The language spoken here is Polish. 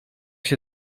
się